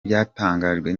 byatangajwe